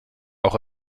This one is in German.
auch